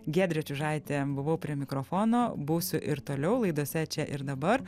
giedrė čiužaitė buvau prie mikrofono būsiu ir toliau laidose čia ir dabar